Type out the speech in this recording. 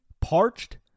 Parched